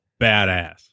Badass